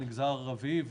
המגזר הערבי,